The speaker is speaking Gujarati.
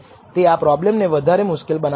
તે આ પ્રોબ્લેમને વધારે મુશ્કેલ બનાવત